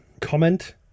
comment